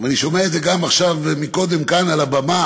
אני שומע את זה גם עכשיו, קודם, כאן, על הבמה,